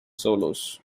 solos